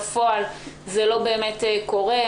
בפועל זה לא באמת קורה.